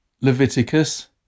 Leviticus